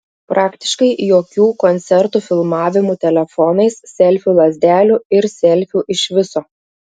praktiškai jokių koncertų filmavimų telefonais selfių lazdelių ir selfių iš viso